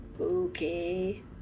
Okay